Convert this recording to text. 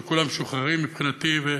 וכולם משוחררים מבחינתי,